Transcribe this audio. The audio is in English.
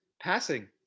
passing